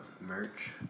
merch